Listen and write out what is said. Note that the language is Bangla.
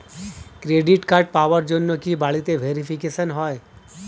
ক্রেডিট কার্ড পাওয়ার জন্য কি বাড়িতে ভেরিফিকেশন হয়?